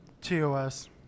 TOS